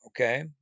Okay